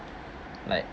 like